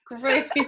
Great